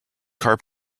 car